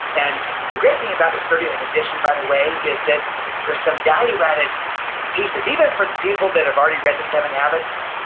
and the great thing about this thirtieth edition, by the way, is that there are some value-added pieces, even for the people that have already read the seven habits.